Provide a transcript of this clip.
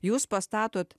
jūs pastatot